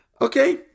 Okay